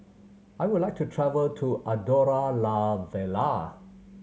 I would like to travel to Andorra La Vella